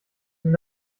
sind